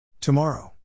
Tomorrow